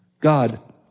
God